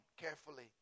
carefully